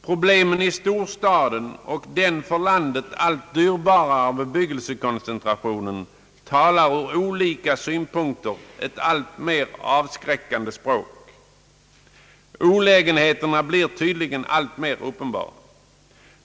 Problemen i storstaden och den för landet allt dyrbarare bebyggelsekoncentrationen talar från olika synpunkter ett alltmer avskräckande språk. Olägenheterna blir tydligen mer och mer uppenbara.